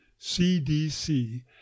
CDC